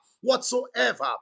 Whatsoever